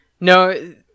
No